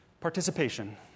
participation